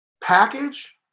package